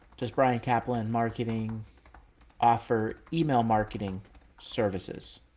just bryan caplan marketing offer, email marketing services,